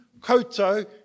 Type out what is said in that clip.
Koto